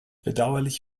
bedauerlich